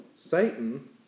Satan